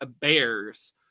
bears